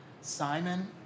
Simon